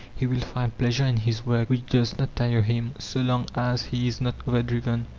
he will find pleasure in his work which does not tire him, so long as he is not overdriven.